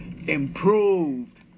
improved